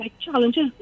challenges